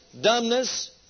dumbness